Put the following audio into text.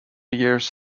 years